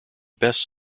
best